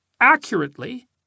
accurately